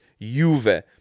Juve